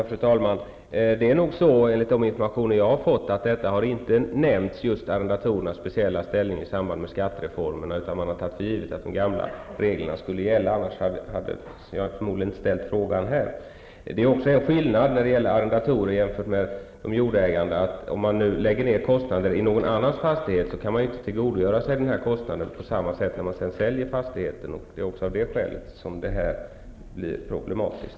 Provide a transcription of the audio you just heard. Fru talman! Enligt de informationer som jag har fått har inte arrendators speciella ställning tagits upp i samband med skattereformen. Man har tagit för givet att de gamla reglerna skulle gälla -- i annat fall hade jag förmodligen inte heller ställt frågan. Det finns också en skillnad mellan arrendatorer och jordägare, nämligen att om en arrendator lägger ned kostnader i någon annans fastighet, kan han inte tillgodogöra sig denna kostnad på samma sätt när det blir aktuellt att sälja fastigheten. Det är också av detta skäl som det hela blir problematiskt.